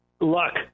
Luck